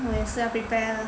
我也是要 prepare